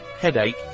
headache